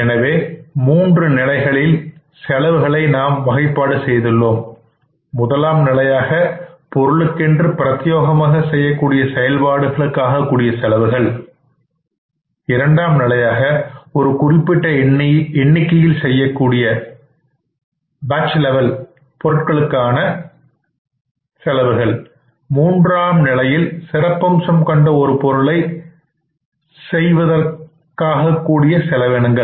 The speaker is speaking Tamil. எனவே மூன்று நிலைகளில் செலவுகளை நாம் வகைப்பாடு செய்துள்ளோம் முதலாம் நிலையாக பொருள்ளுக்கென்று பிரத்தியோகமாக செய்யக்கூடிய செயல்பாடுகளுக்காக கூடிய செலவுகள் இரண்டாம் நிலையாக ஒரு குறிப்பிட்ட எண்ணிக்கையில் செய்யக்கூடிய பாட்ஜ் பொருட்களுக்காக மூன்றாம் நிலையில் சிறப்பம்சம் கொண்ட ஒரு பொருளை செய்வதற்காக கூடிய செலவினங்களை